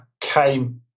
came